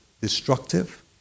destructive